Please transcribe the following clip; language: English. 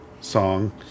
song